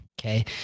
Okay